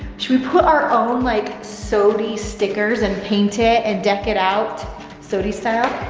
should we put our own like soty stickers and paint it, and deck it out soty style?